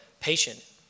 patient